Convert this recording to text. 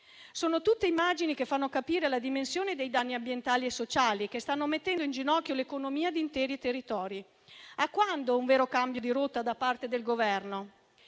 Sono tutte immagini che fanno capire la dimensione dei danni ambientali e sociali, che stanno mettendo in ginocchio l'economia di interi territori. A quando un vero cambio di rotta da parte del Governo?